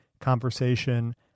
conversation